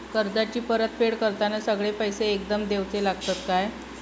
कर्जाची परत फेड करताना सगळे पैसे एकदम देवचे लागतत काय?